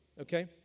okay